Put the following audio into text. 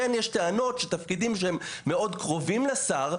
כן יש טענות שתפקידים שהם מאוד קרובים לשר,